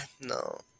no